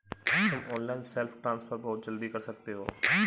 तुम online self transfer बहुत जल्दी कर सकते हो